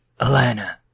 Alana